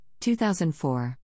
2004